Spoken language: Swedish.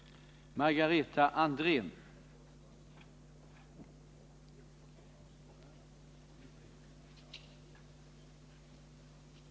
mäktige att besluta om partistöd